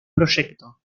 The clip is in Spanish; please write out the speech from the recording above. proyecto